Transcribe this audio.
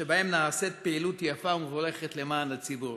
שבהם נעשית פעילות יפה ומבורכת למען הציבור,